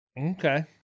Okay